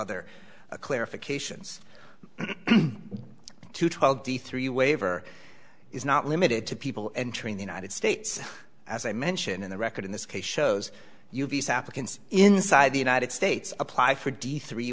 r clarifications too tall d three waiver is not limited to people entering the united states as i mentioned in the record in this case shows you visa applicants inside the united states apply for d three